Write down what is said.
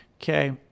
Okay